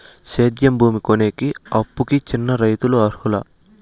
సేద్యం భూమి కొనేకి, అప్పుకి చిన్న రైతులు అర్హులా?